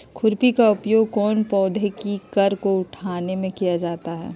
खुरपी का उपयोग कौन पौधे की कर को उठाने में किया जाता है?